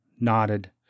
nodded